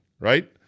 right